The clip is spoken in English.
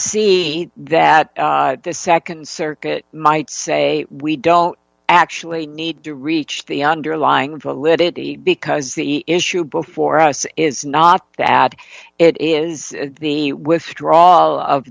see that the nd circuit might say we don't actually need to reach the underlying violet it is because the issue before us is not that it is the withdrawal of